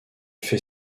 fait